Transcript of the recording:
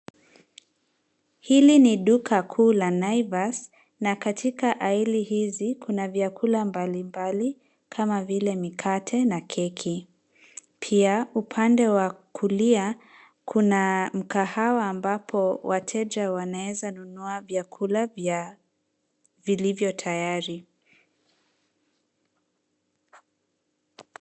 Hili ni duka kuu la Naivas, na katika aili hizi, kuna vyakula mbalimbali kama vile mikate na keki. Pia upande wa kulia, kuna mkahawa ambapo wateja wanaeza nunua vyakula vilivyo tayari.